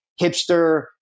hipster